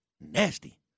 nasty